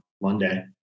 Monday